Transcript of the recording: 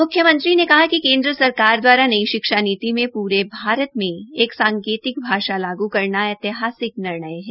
मुख्यमंत्री ने कहा कि केन्द्र सरकार दवारा नई शिक्षा नीति में पूरे भारत में एक सांकेतिक भाषा लागू करना ऐतिहासिक निर्णय है